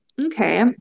Okay